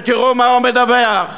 ותראו מה הוא מדווח,